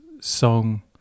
song